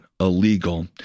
illegal